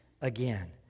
again